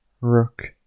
rook